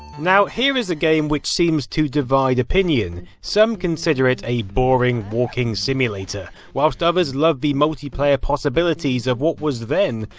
now here is as game which seems to divide opinion. some consider it a boring walking simulator, whilst others love the multiplayer possibilities of what was then,